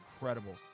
incredible